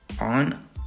on